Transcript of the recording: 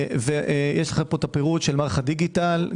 יש פה הפירוט של מערך הדיגיטל.